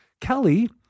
Kelly